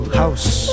house